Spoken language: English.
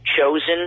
chosen